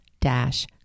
dash